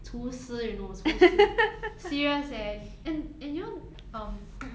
厨师 you know 厨师 serious eh and and you know um